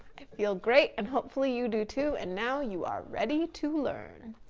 i feel great and hopefully you do too. and now you are ready to learn.